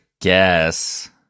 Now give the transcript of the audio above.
guess